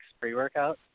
pre-workout